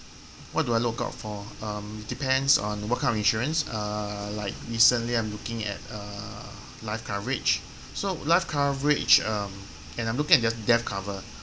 what do I look out for um depends on what kind of insurance uh like recently I'm looking at err life coverage so live coverage um and I'm looking at death death cover